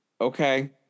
okay